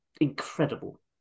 incredible